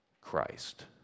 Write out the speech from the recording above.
Christ